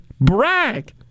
brag